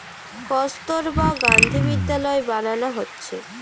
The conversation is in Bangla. কস্তুরবা গান্ধী বিদ্যালয় বানানা হচ্ছে